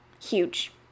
huge